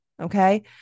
Okay